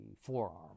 forearm